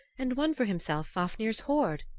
and won for himself fafnir's hoard,